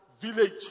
village